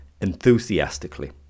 enthusiastically